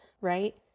right